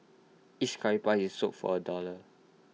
each Curry puff is sold for A dollar